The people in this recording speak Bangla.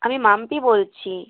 আমি মাম্পি বলছি